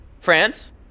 France